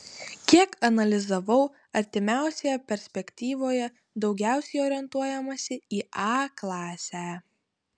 kiek analizavau artimiausioje perspektyvoje daugiausiai orientuojamasi į a klasę